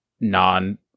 non-